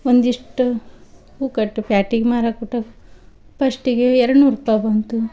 ಒಂದಿಷ್ಟು ಹೂ ಕಟ್ಟಿ ಪ್ಯಾಟಿಗೆ ಮಾರಾಕ್ಬಿಟ್ಟು ಪಸ್ಟಿಗೆ ಎರಡು ನೂರು ರೂಪಾಯಿ ಬಂತು